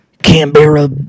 Canberra